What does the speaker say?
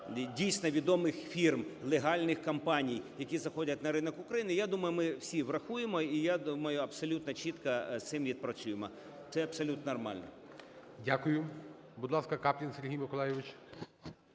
дійсно відомих фірм, легальних компаній, які заходять на ринок України, я думаю, ми всі врахуємо і, я думаю, абсолютно чітко з цим відпрацюємо. Це абсолютно нормально. ГОЛОВУЮЧИЙ. Дякую. Будь ласка, Каплін Сергій Миколайович.